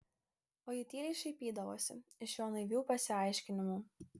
o ji tyliai šaipydavosi iš jo naivių pasiaiškinimų